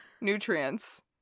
nutrients